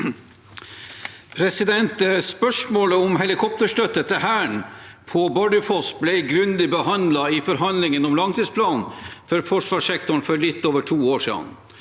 Spørsmålet om heli- kopterstøtte til Hæren på Bardufoss ble grundig behandlet i forhandlingene om langtidsplanen for forsvarssektoren for litt over to år siden.